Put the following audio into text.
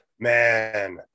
Man